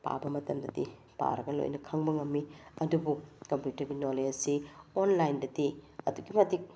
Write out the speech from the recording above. ꯄꯥꯕ ꯃꯇꯝꯗꯗꯤ ꯄꯥꯔꯒ ꯂꯣꯏꯅ ꯈꯪꯕ ꯉꯝꯃꯤ ꯑꯗꯨꯕꯨ ꯀꯝꯄ꯭ꯌꯨꯇ꯭ꯔꯒꯤ ꯅꯣꯂꯦꯖꯁꯤ ꯑꯣꯟꯂꯥꯏꯟꯗꯗꯤ ꯑꯗꯨꯛꯀꯤ ꯃꯇꯤꯛ